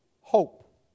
hope